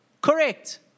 Correct